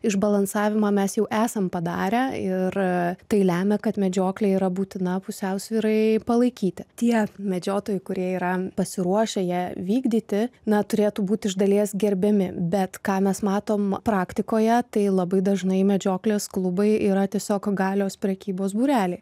išbalansavimą mes jau esam padarę ir tai lemia kad medžioklė yra būtina pusiausvyrai palaikyti tie medžiotojai kurie yra pasiruošę ją vykdyti na turėtų būt iš dalies gerbiami bet ką mes matom praktikoje tai labai dažnai medžioklės klubai yra tiesiog galios prekybos būreliai